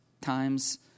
times